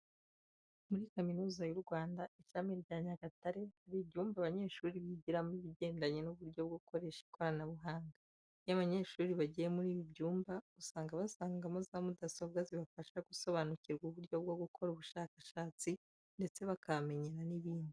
Muri Kaminuza y'u Rwanda, ishami rya Nyagatare hari ibyumba abanyeshuri bigiramo ibigendanye n'uburyo bwo gukoresha ikoranabuhanga. Iyo abanyeshuri bagiye muri ibi byumba usanga basangamo za mudasobwa zibafasha gusobanukirwa uburyo bwo gukora ubushakashatsi ndetse bakahamenyera n'ibindi.